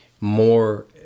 more